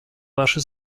ваши